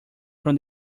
from